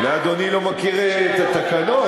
אולי אדוני לא מכיר את התקנון.